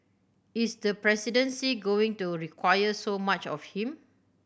is the presidency going to require so much of him